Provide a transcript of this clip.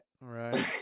Right